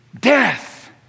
death